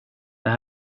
det